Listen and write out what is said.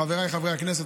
חבריי חברי הכנסת,